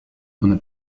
donde